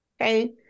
Okay